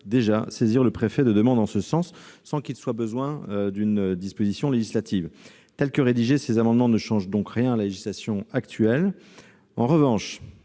saisir le préfet de demandes en ce sens sans qu'il soit besoin d'une disposition législative. Avec une telle rédaction, ces amendements ne changent rien à la législation actuelle. En revanche,